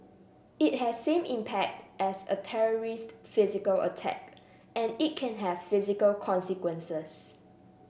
it has same impact as a terrorist physical attack and it can have physical consequences